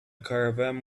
caravan